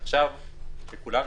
עכשיו כשכולנו,